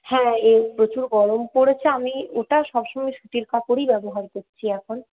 হ্যাঁ এ প্রচুর গরম পড়েছে আমি ওটা সবসময়েই সুতির কাপড়ই ব্যবহার করছি এখন